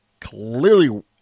clearly